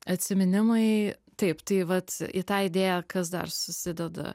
atsiminimai taip tai vat į tą idėją kas dar susideda